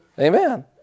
Amen